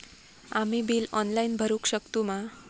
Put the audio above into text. आम्ही bill online भरुक शकतू मा?